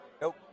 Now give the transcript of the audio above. nope